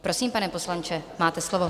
Prosím, pane poslanče, máte slovo.